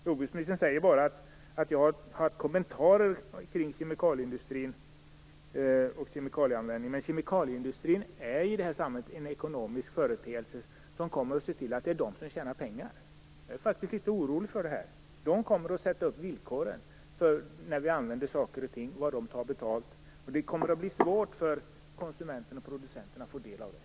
Jordbruksministern säger att hon har kommentarer kring kemikalieindustrin och användningen. Men kemikalieindustrin är i det här sammanhanget en ekonomisk företeelse som kommer att se till att man kommer att tjäna pengar. Jag är faktiskt litet orolig för det här. Industrin kommer att sätta upp villkoren för när saker används och betalning. Det kommer att bli svårt för konsumenterna och producenterna att få del av det.